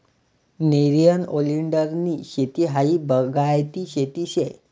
नेरियन ओलीएंडरनी शेती हायी बागायती शेती शे